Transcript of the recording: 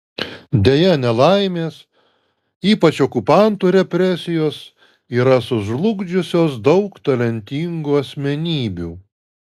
deja nelaimės ypač okupantų represijos yra sužlugdžiusios daug talentingų asmenybių